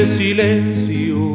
silencio